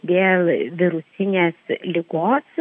dėl virusinės ligos